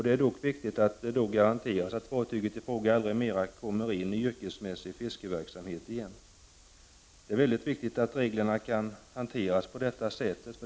Det är dock viktigt att det garanteras att fartyget i fråga aldrig mera kommer in i yrkesmässig fiskeverksamhet igen. Det är viktigt att reglerna hanteras på detta sätt.